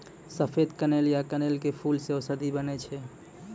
सफेद कनेर या कनेल के फूल सॅ औषधि बनै छै